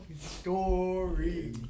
story